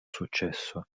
successo